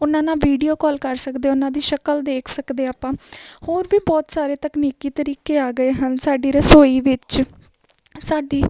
ਉਹਨਾਂ ਨਾਲ video call ਕਰ ਸਕਦੇ ਉਹਨਾਂ ਦੀ ਸ਼ਕਲ ਦੇਖ ਸਕਦੇ ਆਪਾਂ ਹੋਰ ਵੀ ਬਹੁਤ ਸਾਰੇ ਤਕਨੀਕੀ ਤਰੀਕੇ ਆ ਗਏ ਹਨ ਸਾਡੀ ਰਸੋਈ ਵਿੱਚ ਸਾਡੀ